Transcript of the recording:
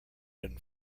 been